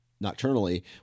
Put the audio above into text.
nocturnally